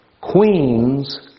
queens